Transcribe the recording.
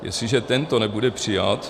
Jestliže tento nebude přijat...